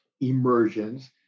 emergence